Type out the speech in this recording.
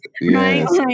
yes